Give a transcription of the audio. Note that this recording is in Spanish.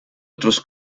otros